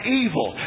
evil